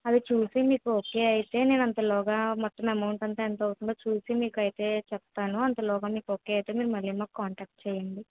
అది చూసి మీకు ఓకే అయితే నేను అంతలో మొత్తం అమౌంట్ అంతా ఎంత అవుతుందో చూసి మీకు అయితే చెప్తాను అంతలో మీకు ఓకే అయితే మీరు మళ్ళీ మాకు కాంటాక్ట్ చేయండి